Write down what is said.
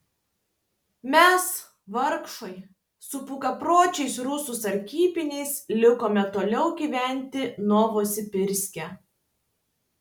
mes vargšai su bukapročiais rusų sargybiniais likome toliau gyventi novosibirske